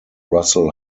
russell